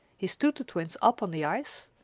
he stood the twins up on the ice.